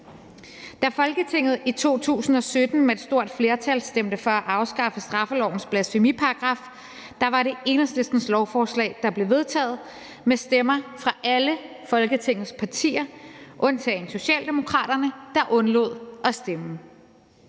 Da Folketinget i 2017 med et stort flertal stemte for at afskaffe straffelovens blasfemiparagraf, var det Enhedslistens lovforslag, der blev vedtaget med stemmer fra alle Folketingets partier undtagen Socialdemokraterne, som undlod at stemme.